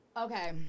Okay